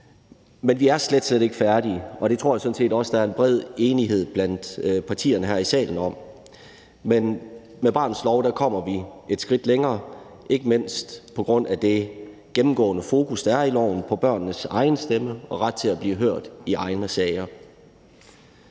Men vi er slet, slet ikke færdige, og det tror jeg sådan set også der er en bred enighed om blandt partierne her i salen. Men med barnets lov kommer vi et skridt længere, ikke mindst på grund af det gennemgående fokus, der er i loven, på børnenes egen stemme og ret til at blive hørt i egne sager.